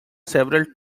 several